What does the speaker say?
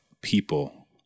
people